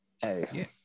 Hey